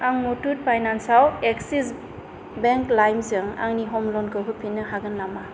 आं मुथुट फाइनान्सआव Axis Bank लाइमजों आंनि हम लनखौ होफिन्नो हागोन नामा